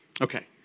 Okay